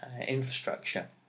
infrastructure